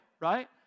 right